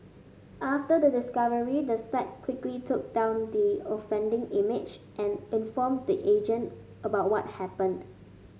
after the discovery the site quickly took down the offending image and informed the agent about what happened